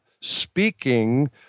speaking